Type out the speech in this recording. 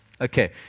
Okay